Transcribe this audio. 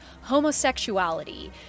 homosexuality